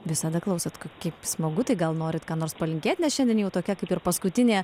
visada klausot kaip smagu tai gal norit ką nors palinkėt nes šiandien jau tokia kaip ir paskutinė